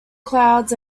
clouds